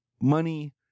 money